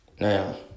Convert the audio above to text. Now